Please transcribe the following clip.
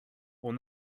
will